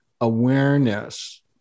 awareness